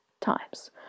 times